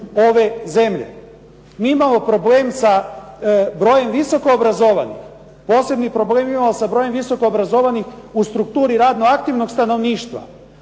Mi imamo problem sa brojem visokoobrazovanih. Posebni problem imamo sa brojem visoko obrazovanih u strukturi radno aktivnog stanovništva.